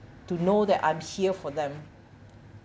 to know that I'm here for them